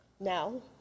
Now